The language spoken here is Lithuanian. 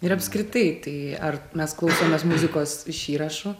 ir apskritai tai ar mes klausomės muzikos iš įrašų